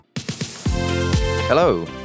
Hello